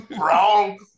Wrong